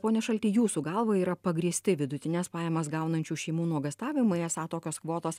pone šalti jūsų galva yra pagrįsti vidutines pajamas gaunančių šeimų nuogąstavimai esą tokios kvotos